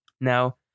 Now